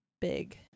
big